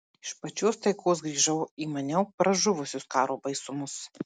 iš pačios taikos grįžau į maniau pražuvusius karo baisumus